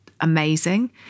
amazing